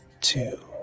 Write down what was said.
Two